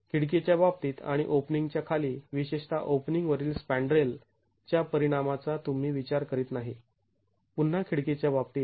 खिडकीच्या बाबतीत आणि ओपनिंग च्या खाली विशेषत ओपनिंग वरील स्पॅन्ड्रेल च्या परिणामाचा तुम्ही विचार करीत नाही पुन्हा खिडकीच्या बाबतीत